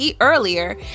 earlier